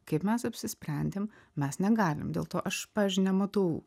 kaip mes apsisprendėm mes negalim dėl to aš pavyzdžiui nematau